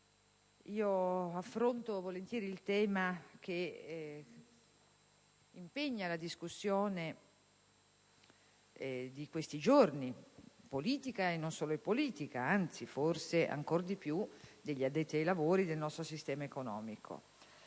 affronto volentieri il tema che impegna la discussione di questi giorni, politica e non solo, dal momento che coinvolge ancor di più gli addetti ai lavori del nostro sistema economico,